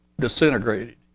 disintegrated